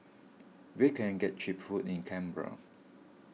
where can I get Cheap Food in Canberra